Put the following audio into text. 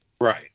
Right